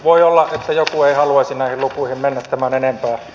voi olla että joku ei haluaisi näihin lukuihin mennä tämän enempää